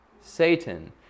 Satan